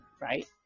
right